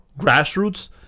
grassroots